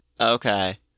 okay